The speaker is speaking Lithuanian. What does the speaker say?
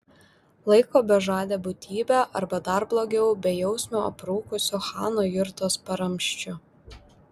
laiko bežade būtybe arba dar blogiau bejausmiu aprūkusiu chano jurtos paramsčiu